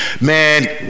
man